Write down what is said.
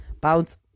Bounce